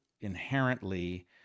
inherently